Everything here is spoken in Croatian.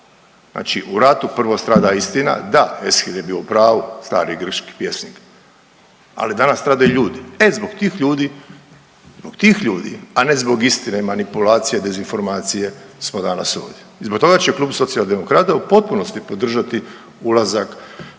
znači u ratu prvo strada istina, da Eshil je bio u pravu, stari grčki pjesnik, ali danas stradaju ljudi, e zbog tih ljudi, zbog tih ljudi, a ne zbog istine i manipulacije i dezinformacije smo danas ovdje i zbog toga će Klub Socijaldemokrata u potpunosti podržati ulazak